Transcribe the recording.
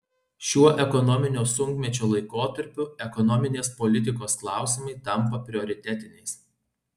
šiuo ekonominio sunkmečio laikotarpiu ekonominės politikos klausimai tampa prioritetiniais